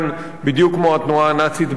בדיוק כמו התנועה הנאצית בגרמניה.